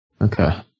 Okay